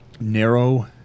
narrow